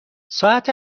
ساعت